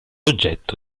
oggetto